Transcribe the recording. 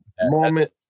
moment